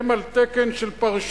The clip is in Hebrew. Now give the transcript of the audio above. הם על תקן של פרשנים.